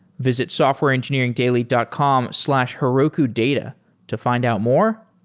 visit softwareengineeringdaily dot com slash herokudata to find out more,